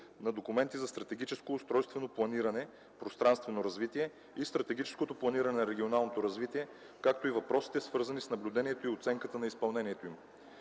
на документите за стратегическото устройствено планиране (пространствено развитие) и стратегическо планиране на регионалното развитие, както и въпросите, свързани с наблюдението и оценката на изпълнението им.